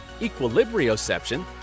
equilibrioception